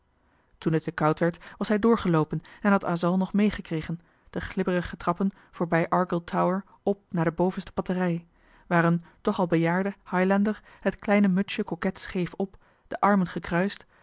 toen het te koud werd was hij doorgeloopen en had asal nog meegekregen de glibberige trappen voorbij argyll tower op naar de bovenste batterij waar een toch al bejaarde highlander het kleine mutsje koket scheef op de armen gekruist